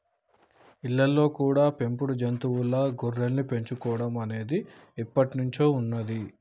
ఇళ్ళల్లో కూడా పెంపుడు జంతువుల్లా గొర్రెల్ని పెంచుకోడం అనేది ఎప్పట్నుంచో ఉన్నది